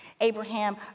Abraham